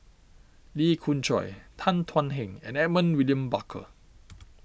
Lee Khoon Choy Tan Thuan Heng and Edmund William Barker